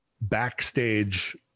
backstage